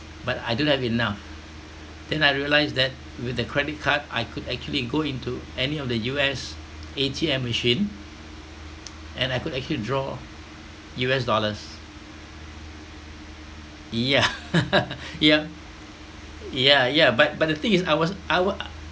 but I don't have enough then I realised that with the credit card I could actually go into any of the U_S A_T_M machine and I could actually draw U_S dollars ya ya ya ya but but the thing is I was I was